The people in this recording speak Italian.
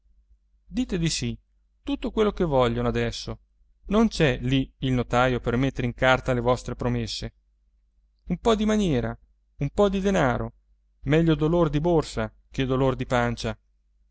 di sì tutto quello che vogliono adesso non c'è lì il notaio per mettere in carta le vostre promesse un po di maniera un po di denaro meglio dolor di borsa che dolor di pancia